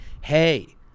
Hey